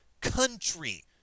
country